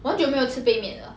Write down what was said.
我很久没有吃杯面了